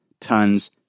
tons